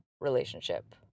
Relationship